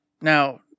Now